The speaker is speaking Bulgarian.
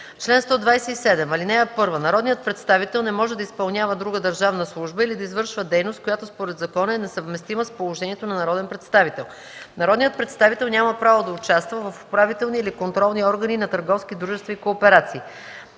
„Чл. 127. (1) Народният представител не може да изпълнява друга държавна служба или да извършва дейност, която според закона е несъвместима с положението на народен представител. (2) Народният представител няма право да участва в управителни или контролни органи на търговски дружества и кооперации.